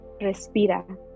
Respira